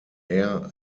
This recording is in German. air